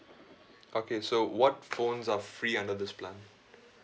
okay so what phones are free under this plan